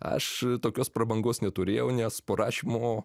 aš tokios prabangos neturėjau nes po rašymo